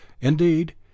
indeed